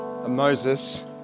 Moses